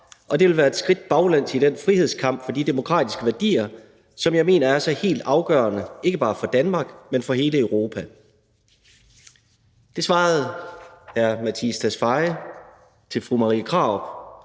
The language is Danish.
og det vil være et skridt baglæns i den frihedskamp for de demokratiske værdier, som jeg mener er så helt afgørende ikke bare for Danmark, men for hele Europa.« Det svarede hr. Mattias Tesfaye til fru Marie Krarup,